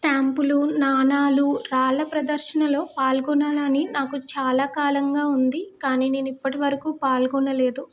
స్టాంపులు నాణాలు రాళ్ళ ప్రదర్శనలో పాల్గొనాలని నాకు చాలా కాలంగా ఉంది కానీ నేను ఇప్పటివరకు పాల్గొనలేదు